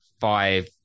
five